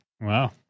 Wow